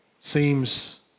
Seems